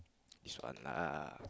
this one lah